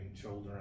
children